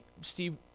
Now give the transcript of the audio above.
Steve